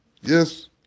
Yes